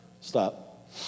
Stop